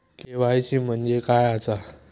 KYC म्हणजे काय आसा?